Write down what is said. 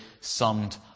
summed